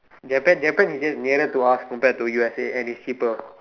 Japan Japan is just nearer to us compared to U_S_A and is cheaper